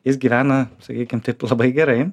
jis gyvena sakykim taip labai gerai